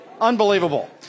unbelievable